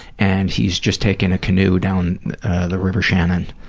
and he's just taken a canoe down the river shannon.